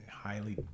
highly